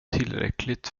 tillräckligt